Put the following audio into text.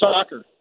soccer